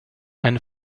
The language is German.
eine